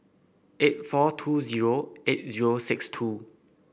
eight four two zero eight zero six two